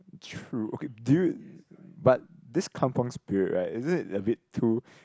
true okay do you but this kampung Spirit right is it a bit too